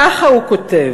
כך הוא כותב,